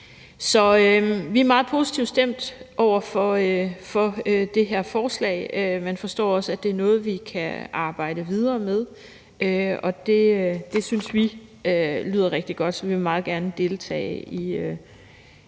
Så vi er meget positivt stemt over for det her forslag, men forstår også, at det er noget, vi kan arbejde videre med. Det synes vi lyder rigtig godt, så vi vil meget gerne deltage i et